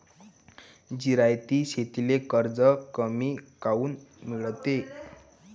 जिरायती शेतीले कर्ज कमी काऊन मिळते?